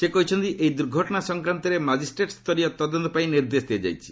ସେ କହିଛନ୍ତି ଏହି ଦୁର୍ଘଟଣା ସଂକ୍ରାନ୍ତରେ ମାଜିଷ୍ଟ୍ରେଟ୍ ସ୍ତରୀୟ ତଦନ୍ତ ପାଇଁ ନିର୍ଦ୍ଦେଶ ଦିଆଯାଇଛି